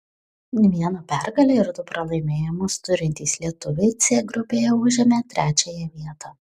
vieną pergalę ir du pralaimėjimus turintys lietuviai c grupėje užėmė trečiąją vietą